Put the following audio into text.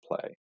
Play